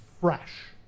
fresh